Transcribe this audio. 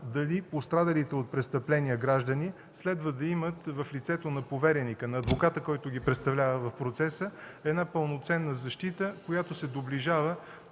дали пострадалите от престъпление граждани следва да имат – в лицето на повереника, на адвоката, който ги представлява в процеса – една пълноценна защита, която се доближава